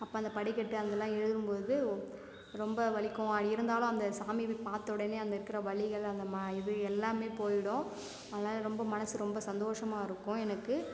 அப்போ அந்த படிக்கட்டு அங்கே எல்லா ஏறும்போது ரொம்ப வலிக்கும் அப்படி இருந்தாலும் அந்த சாமியை போய் பார்த்த உடனேயே அந்த இருக்கிற வலிகள் அந்த ம இது எல்லாமே போயிடும் அதனால ரொம்ப மனசு ரொம்ப சந்தோஷமாக இருக்கும் எனக்கு